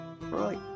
Right